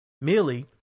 Millie